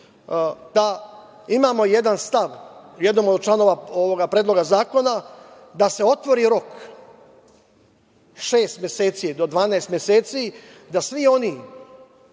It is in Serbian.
da imamo jedan stav, jedan od članova ovog Predloga zakona, da se otvori rok, šest meseci do 12 meseci, da svi oni